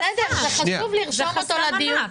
חשוב לרשום אותו לדיון הבא.